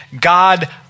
God